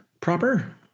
proper